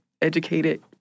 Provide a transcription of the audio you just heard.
educated